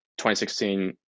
2016